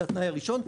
זה התנאי הראשון.